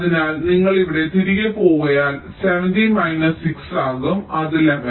അതിനാൽ നിങ്ങൾ ഇവിടെ തിരികെ പോയാൽ 17 മൈനസ് 6 ആകും അത് 11